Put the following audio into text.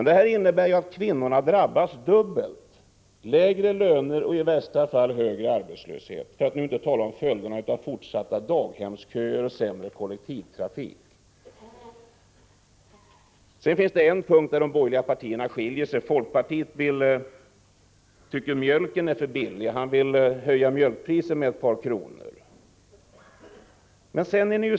Det här innebär att kvinnorna drabbas dubbelt: lägre löner och i värsta fall högre arbetslöshet, 43 för att inte tala om följderna av fortsatt långa daghemsköer och sämre kollektivtrafik. Det finns dock en punkt där de borgerliga skiljer sig. Folkpartiet tycker att mjölken är för billig, och därför vill man höja mjölkpriset med ett par kronor.